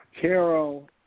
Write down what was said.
Carol